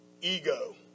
ego